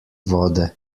vode